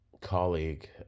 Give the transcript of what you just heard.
colleague